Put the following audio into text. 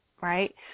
right